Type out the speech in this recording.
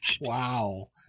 Wow